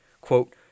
quote